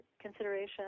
consideration